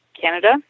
Canada